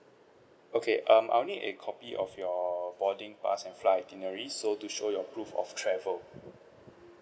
okay um I would need a copy of your boarding pass and flight itineraries so to show you proof of travel